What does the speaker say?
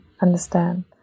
understand